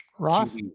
Ross